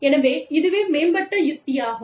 எனவே இதுவே மேம்பாட்டு உத்தியாகும்